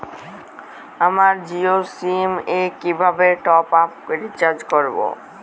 আমার জিও সিম এ কিভাবে টপ আপ রিচার্জ করবো?